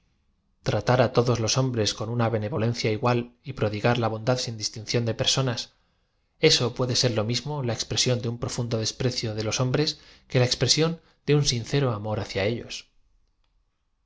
bondad tratar todos los hombres con una benevolencia igual y prodigar la bondad sin distinción de personas eao puede ser lo mismo la expresión de un profundo desprecio de los hombres que la expresión de un sin cero amor hacia ellos